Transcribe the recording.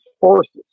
forces